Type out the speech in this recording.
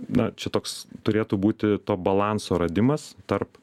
na čia toks turėtų būti to balanso radimas tarp